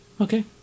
okay